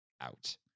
out